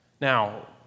Now